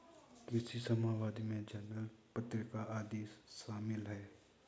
कृषि समवाद में जर्नल पत्रिका आदि शामिल हैं